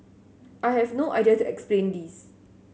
I have no to explain this